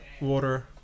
water